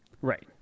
Right